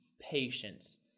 patience